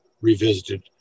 revisited